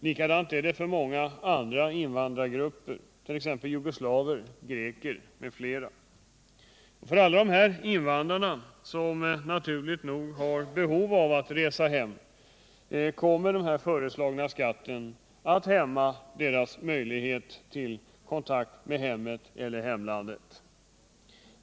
Likadant är det för många andra invandrargruper, jugoslaver, greker m.fl. För alla dessa invandrare, som naturligt nog har behov av att resa hem, kommer den nu föreslagna skatten att hämma möjligheterna till kontakt med hemlandet och hemmet.